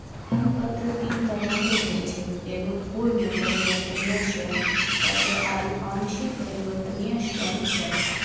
ऋण पत्र तीन तरहो के होय छै एगो पूर्ण परिवर्तनीय ऋण पत्र आरु आंशिक परिवर्तनीय ऋण पत्र